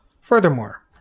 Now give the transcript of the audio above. Furthermore